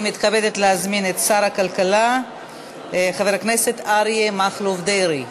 אני מתכבדת להזמין את שר הכלכלה חבר הכנסת אריה מכלוף דרעי.